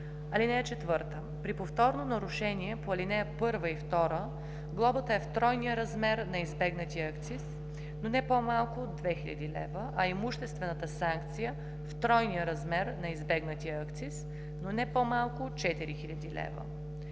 500 лв. (4) При повторно нарушение по ал. 1 и 2 глобата е в тройния размер на избегнатия акциз, но не по-малко от 2000 лв., а имуществената санкция – в тройния размер на избегнатия акциз, но не по-малко от 4000 лв.“